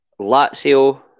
Lazio